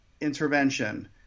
intervention